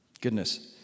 goodness